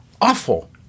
awful